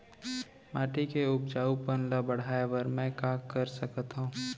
माटी के उपजाऊपन ल बढ़ाय बर मैं का कर सकथव?